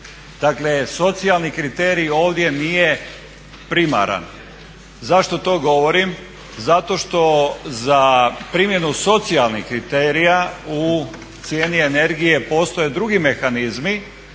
Dakle socijalni kriterij ovdje nije primaran. Zašto to govorim? Zato što za primjenu socijalnih kriterija u cijeni energije postoje drugi mehanizmi.